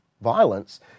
violence